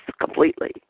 completely